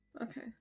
Okay